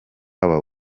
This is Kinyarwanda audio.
babonye